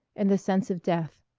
and the sense of death.